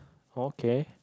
okay